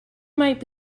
might